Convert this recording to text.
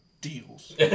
deals